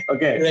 Okay